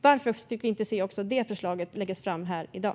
Varför fick vi inte se också det förslaget läggas fram här i dag?